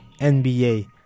NBA